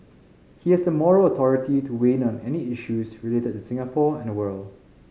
he has the moral authority to weigh in on any issues related to Singapore and the world